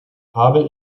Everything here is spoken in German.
habe